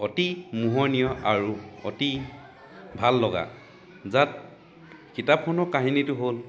অতি মোহনীয় আৰু অতি ভাল লগা যাক কিতাপখনৰ কাহিনীটো হ'ল